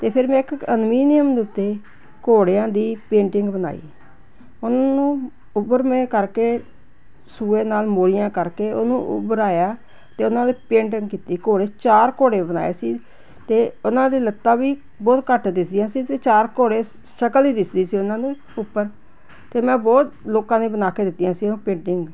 ਅਤੇ ਫਿਰ ਮੈਂ ਇੱਕ ਐਲਮੀਨੀਅਮ ਦੇ ਉੱਤੇ ਘੋੜਿਆਂ ਦੀ ਪੇਂਟਿੰਗ ਬਣਾਈ ਉਹਨੂੰ ਉੱਭਰਵੇ ਕਰਕੇ ਸੂਏ ਨਾਲ ਮੋਰੀਆਂ ਕਰਕੇ ਉਹਨੂੰ ਉਭਾਰਿਆ ਅਤੇ ਉਹਨਾਂ 'ਤੇ ਪੇਂਟਿੰਗ ਕੀਤੀ ਘੋੜੇ ਚਾਰ ਘੋੜੇ ਬਣਾਏ ਸੀ ਅਤੇ ਉਹਨਾਂ ਦੇ ਲੱਤਾਂ ਵੀ ਬਹੁਤ ਘੱਟ ਦਿਸਦੀਆਂ ਸੀ ਅਤੇ ਚਾਰ ਘੋੜੇ ਸ਼ਕਲ ਹੀ ਦਿਸਦੀ ਸੀ ਉਹਨਾਂ ਦੇ ਉੱਪਰ ਅਤੇ ਮੈਂ ਬਹੁਤ ਲੋਕਾਂ ਦੇ ਬਣਾ ਕੇ ਦਿੱਤੀਆਂ ਸੀ ਉਹ ਪੇਂਟਿੰਗ